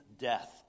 death